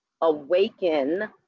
Awaken